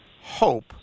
hope